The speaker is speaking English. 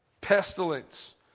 Pestilence